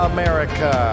America